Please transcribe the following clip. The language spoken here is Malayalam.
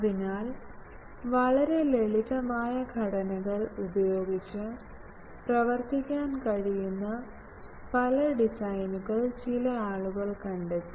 അതിനാൽ വളരെ ലളിതമായ ഘടനകൾ ഉപയോഗിച്ച് പ്രവർത്തിക്കാൻ കഴിയുന്ന പല ഡിസൈനുകൾ ചില ആളുകൾ കണ്ടെത്തി